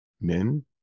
men